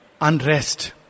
unrest